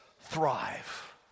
thrive